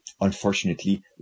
unfortunately